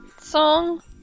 song